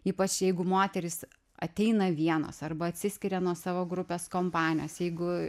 ypač jeigu moterys ateina vienos arba atsiskiria nuo savo grupės kompanijos jeigu